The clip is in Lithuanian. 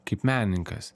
kaip menininkas